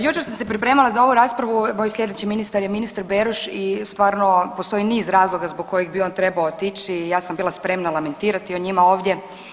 Jučer sam se pripremala za ovu raspravu, moj slijedeći ministar je ministar Beroš i stvarno postoji niz razloga zbog kojih bi on trebao otići i ja sam bila spremna lamentirati o njima ovdje.